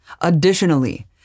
Additionally